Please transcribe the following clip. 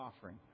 offering